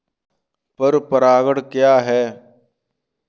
पर परागण क्या है?